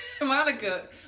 Monica